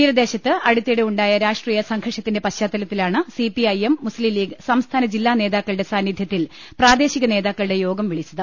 തീരദേശത്ത് അടുത്തിടെ ഉണ്ടായ രാഷ്ട്രീയ സംഘർഷത്തിന്റെ പശ്ചാത്തലത്തിലാണ് സിപിഐ എം ലീഗ് സംസ്ഥാന ജില്ലാ നേതാക്കളുടെ സാന്നിധൃത്തിൽ പ്രാദേശിക നേതാക്കളുടെ യോഗം വിളിച്ചത്